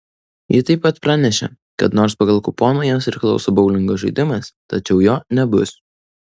ji taip pat pranešė kad nors pagal kuponą jiems priklauso boulingo žaidimas tačiau jo nebus